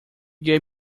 gave